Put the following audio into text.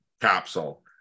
capsule